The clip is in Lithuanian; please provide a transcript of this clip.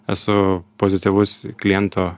esu pozityvus kliento